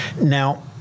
Now